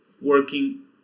working